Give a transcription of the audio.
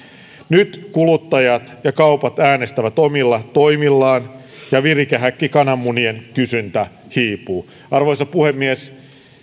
nyt kuluttajat ja kaupat äänestävät omilla toimillaan ja virikehäkkikananmunien kysyntä hiipuu arvoisa puhemies